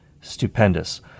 Stupendous